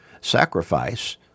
sacrifice